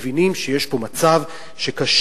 מבינים שיש פה מצב שקשה,